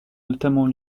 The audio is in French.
notamment